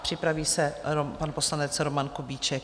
Připraví se pan poslanec Roman Kubíček.